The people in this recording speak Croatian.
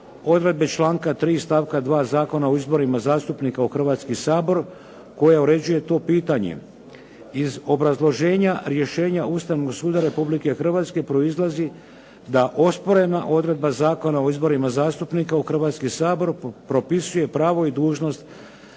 odredbe članka 3. stavka 2. Zakona o izborima zastupnika u Hrvatski sabor koja uređuje to pitanje. Iz obrazloženja rješenja Ustavnog suda Republike Hrvatske proizlazi da osporena odredba Zakona o izborima zastupnika u Hrvatski sabor propisuje pravo i dužnost